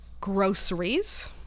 groceries